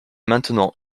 maintenant